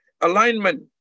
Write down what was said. alignment